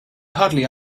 hardly